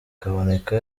kaboneka